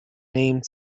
named